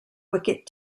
wicket